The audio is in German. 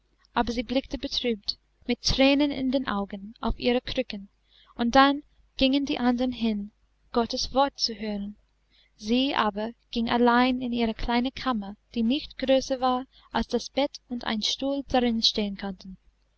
aber sie blickte betrübt mit thränen in den augen auf ihre krücken und dann gingen die andern hin gottes wort zu hören sie aber ging allein in ihre kleine kammer die nicht größer war als daß das bett und ein stuhl darin stehen konnten